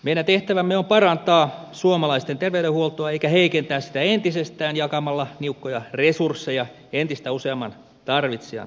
meidän tehtävämme on parantaa suomalaisten terveydenhuoltoa eikä heikentää sitä entisestään jakamalla niukkoja resursseja entistä useamman tarvitsijan kesken